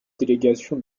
délégations